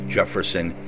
Jefferson